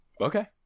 Okay